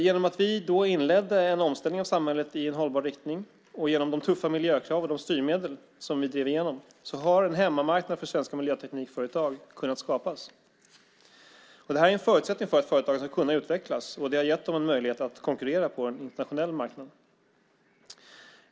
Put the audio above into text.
Genom att vi inledde en omställning av samhället i en hållbar riktning, och genom de tuffa miljökrav och de styrmedel som vi drev igenom, har en hemmamarknad för svenska miljöteknikföretag kunnat skapas. Det är en förutsättning för att företag ska kunna utvecklas, och det har gett dem en möjlighet att konkurrera på en internationell marknad.